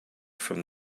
from